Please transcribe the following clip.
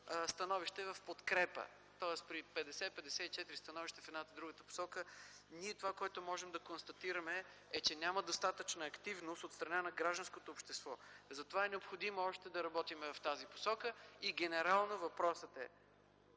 становища в подкрепа. Тоест при 50-54 становища в едната и в другата посока това, което ние можем да констатираме, е, че няма достатъчна активност от страна на гражданското общество. Затова е необходимо още да работим в тази посока. Генерално въпросът е: